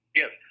yes